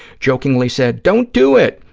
jokingly said, don't do it,